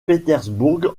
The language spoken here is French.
petersburg